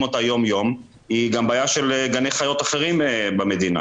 אותה יום-יום היא גם בעיה של גני חיות אחרים במדינה.